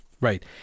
Right